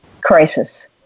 crisis